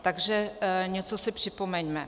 Takže něco si připomeňme.